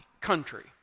country